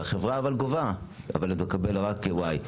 היא גובה איקס אבל היא תקבל רק ואי.